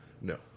No